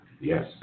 Yes